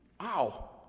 Wow